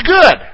good